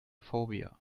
phobia